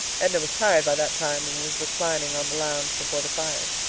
edna was tired by that time, and was reclining on the lounge before the fire.